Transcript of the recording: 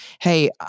hey